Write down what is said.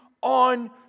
on